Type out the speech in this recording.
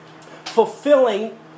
fulfilling